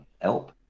help